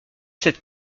cette